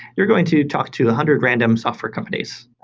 you're going to talk to a hundred random software companies.